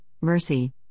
Mercy